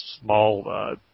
small